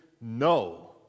no